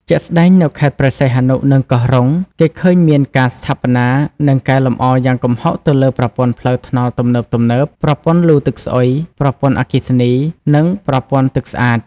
ជាក់ស្តែង នៅខេត្តព្រះសីហនុ និងកោះរ៉ុង គេឃើញមានការស្ថាបនា និងកែលម្អយ៉ាងគំហុកទៅលើ ប្រព័ន្ធផ្លូវថ្នល់ទំនើបៗ ប្រព័ន្ធលូទឹកស្អុយ ប្រព័ន្ធអគ្គិសនី និងប្រព័ន្ធទឹកស្អាត។